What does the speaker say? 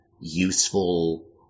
useful